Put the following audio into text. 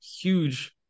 huge